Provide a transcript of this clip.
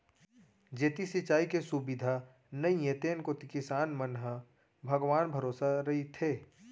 जेती सिंचाई के सुबिधा नइये तेन कोती किसान मन ह भगवान भरोसा रइथें